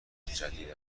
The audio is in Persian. جدید